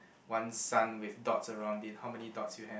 one sun with dots around it how many dots you have